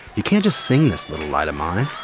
you can't just sing this little light of mine.